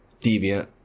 deviant